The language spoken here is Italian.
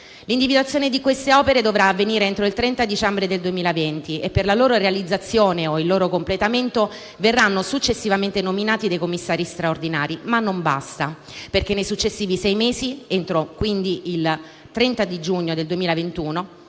individuazione dovrà avvenire entro il 30 dicembre del 2020 e per la loro realizzazione o il loro completamento verranno successivamente nominati commissari straordinari. Ma non basta, perché nei successivi sei mesi, quindi entro il 30 giugno 2021,